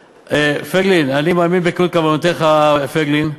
פייגלין, אני מאמין בכנות כוונותיך, פייגלין,